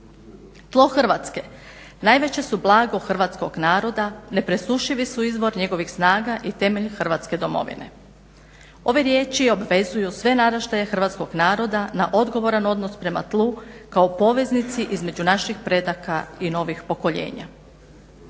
Tlo Hrvatske najveće su blago hrvatskog naroda, ne presušivi su izvor njegovih snaga i temelj Hrvatske domovine." Ove riječi obvezuju sve naraštaje Hrvatskog naroda na odgovoran odnos prema tlu kao poveznici između naših predaka i novih pokoljenja.